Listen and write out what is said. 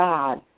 God